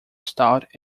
stout